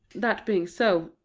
that being so,